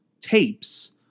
tapes